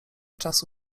czasu